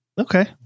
Okay